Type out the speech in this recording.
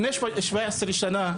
לפני 17 שנה,